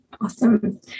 Awesome